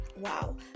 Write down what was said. Wow